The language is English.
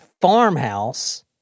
farmhouse